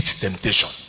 temptation